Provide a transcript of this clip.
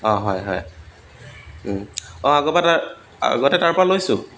অঁ হয় হয় অঁ আগৰবাৰ তাত আগতে তাৰ পৰা লৈছোঁ